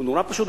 הוא נורא פשוט,